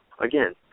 again